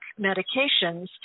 medications